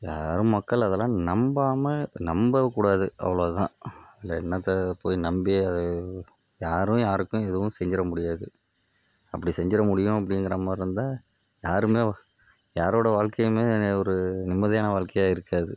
யாரும் மக்கள் அதெல்லாம் நம்பாமல் நம்பக் கூடாது அவ்வளோதான் இதில் என்னத்தப் போய் நம்பி அது யாரும் யாருக்கும் எதுவும் செஞ்சிர முடியாது அப்படி செஞ்சிர முடியும் அப்படிங்கிற மாதிரி இருந்தால் யாருமே யாரோடய வாழ்க்கையுமே ஒரு நிம்மதியான வாழ்க்கையாக இருக்காது